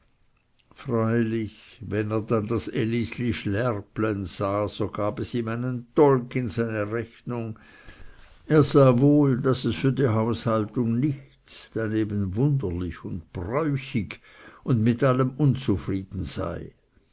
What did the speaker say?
freilich wenn er dann das elisi schlärplen sah so gab es ihm einen tolgg in seine rechnung er sah wohl daß es für die haushaltung nichts daneben wunderlich und bräuchig und mit allem unzufrieden sei